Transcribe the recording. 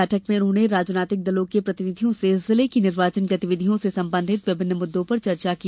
बैठक में उन्होंने राजनैतिक दलों के प्रतिनिधियों से जिले की निर्वाचन गतिविधियों से संबंधित विभिन्न मुद्दों पर चर्चा की